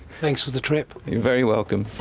thanks for the trip. you're very welcome.